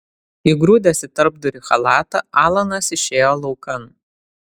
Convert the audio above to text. įgrūdęs į tarpdurį chalatą alanas išėjo laukan